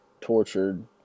tortured